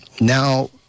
now